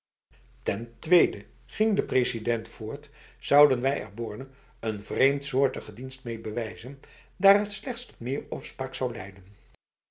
ten tweede ging de resident voort zouden wij er borne een vreemdsoortige dienst mee bewijzen daar het slechts tot meer opspraak zou leiden